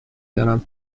دانم